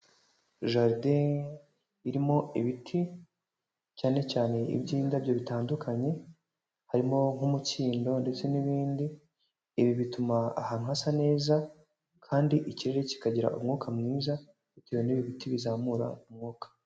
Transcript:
Jaride irimo ibiti cyane cyane iby'indabyo bitandukanye, harimo nk'umukindo ndetse n'ibindi, ibi bituma ahantu hasa neza, kandi ikirere kikagira umwuka mwiza, bitewe n'ibi biti bizamura umwuka.